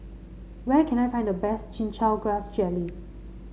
where can I find the best Chin Chow Grass Jelly